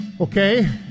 Okay